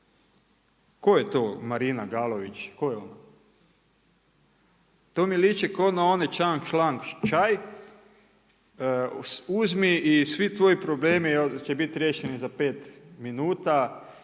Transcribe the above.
Tko je to Marina Galović, tko je ona? To mi liči ko na onaj Čang Šlang čaj, uzmi i svi tvoji problemi će biti riješeni za 5 minuta,